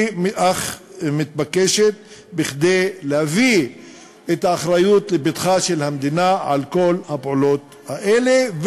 היא מתבקשת כדי להביא לפתחה של המדינה את האחריות לכל הפעולות האלה,